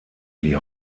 die